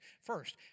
First